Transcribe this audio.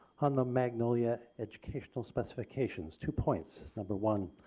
on the magnolia educational specifications, two points. number one.